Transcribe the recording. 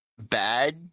bad